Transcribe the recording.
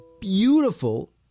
beautiful